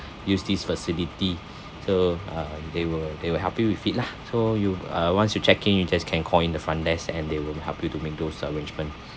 use this facility so uh they will they will help you with it lah so you uh once you check in you just can call in the front desk and they will help you to make those arrangement